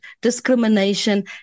discrimination